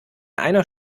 einer